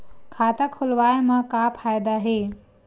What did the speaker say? खाता खोलवाए मा का फायदा हे